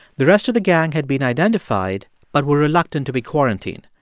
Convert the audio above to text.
the rest of the gang had been identified but were reluctant to be quarantined.